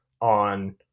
on